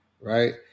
right